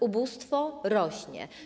Ubóstwo rośnie.